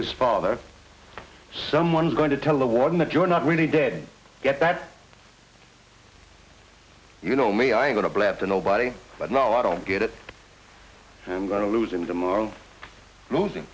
is father someone's going to tell the warden that you're not really dead get that you know me i'm going to blab to nobody but no i don't get it and going to lose him tomorrow moving